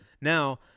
Now